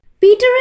Peter